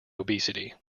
obesity